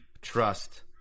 trust